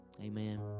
Amen